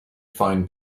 fine